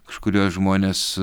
kažkuriuos žmones